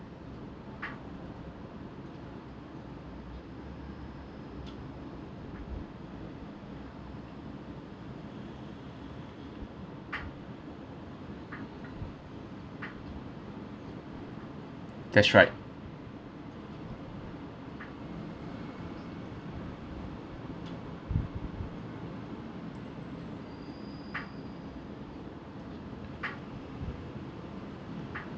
that's right